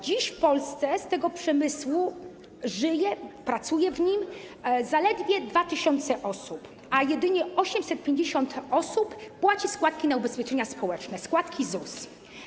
Dziś w Polsce z tego przemysłu żyje, w tym przemyśle pracuje zaledwie 2 tys. osób, a jedynie 850 osób płaci składki na ubezpieczenia społeczne, składki ZUS.